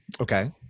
Okay